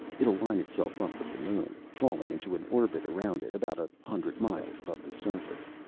it'll line itself up with the moon, falling into an orbit around it, about a hundred miles above the surface.